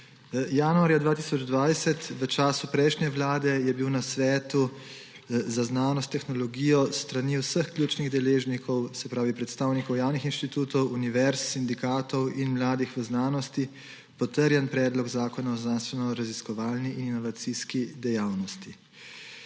Januarja 2020 v času prejšnje vlade je bil na Svetu za znanost in tehnologijo s strani vseh ključnih deležnikov, se pravi predstavnikov javnih inštitutov, univerz, sindikatov in mladih v znanosti, potrjen Predlog zakona o znanstvenoraziskovalni in inovacijski dejavnosti.